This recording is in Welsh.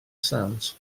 sant